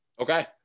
Okay